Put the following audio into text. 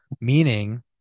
meaning